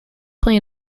play